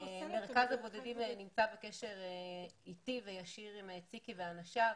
מרכז הבודדים נמצא בקשר אתי והקשר הוא ישיר עם ציקי ואנשיו.